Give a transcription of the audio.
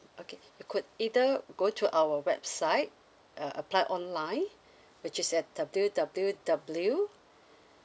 okay you could either go to our website uh apply online which at W W W